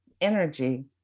energy